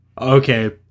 Okay